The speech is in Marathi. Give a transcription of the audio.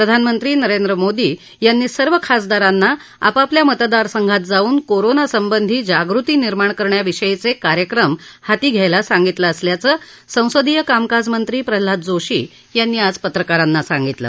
प्रधानमंत्री नरेंद्र मोदी यांनी सर्व खासदारांना आपापल्या मतदारसंघात जाऊन कोरोना संबंधी जागृती निर्माण करण्याविषयीचे कार्यक्रम हाती घ्यायला सांगितलं असल्याचं संसदीय कामकाजमंत्री प्रल्हाद जोशी यांनी आज पत्रकारांना सांगितलं